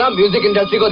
um music industry. but